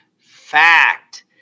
fact